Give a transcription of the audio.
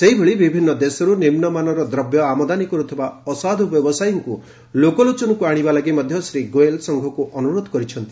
ସେହିଭଳି ବିଭିନ୍ନ ଦେଶରୁ ନିମୁମାନର ଦ୍ରବ୍ୟ ଆମଦାନୀ କରୁଥିବା ଅସାଧୁ ବ୍ୟବସାୟୀଙ୍କୁ ଲୋକଲୋଚନକୁ ଆଣିବା ଲାଗି ମଧ୍ୟ ଶ୍ରୀ ଗୋୟଲ ସଂଘକୁ ଅନୁରୋଧ କରିଛନ୍ତି